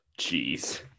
Jeez